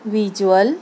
visual